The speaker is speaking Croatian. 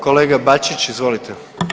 Kolega Bačić, izvolite.